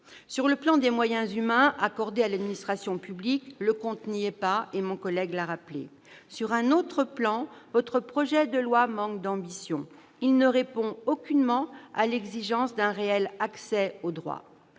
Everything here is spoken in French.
Sur le plan des moyens humains accordés à l'administration publique, le compte n'y est pas, comme mon collègue l'a rappelé. Sur un autre plan, votre projet de loi, monsieur le secrétaire d'État, manque d'ambition : il ne répond aucunement à l'exigence d'un réel accès aux droits.